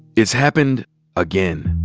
it's happened again.